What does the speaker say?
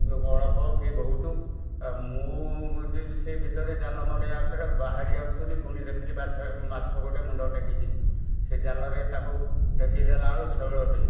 କିଏ ଅଳପ କିଏ ବହୁତ ମୁଁ ଯେ ସେଇ ଭିତରେ ଜାଲ ମଡ଼େୟା ଭିତରେ ବାହାରି ଆସୁଥିଲି ପୁଣି ଦେଖିଲି ପାଛ ମାଛ ଗୋଟେ ମୁଣ୍ଡ ଟେକିଛି ସେ ଜାଲରେ ତାକୁ ଟେକି ଦେଲାବେଳକୁ ଶେଉଳଟେ